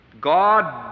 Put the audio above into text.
God